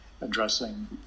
addressing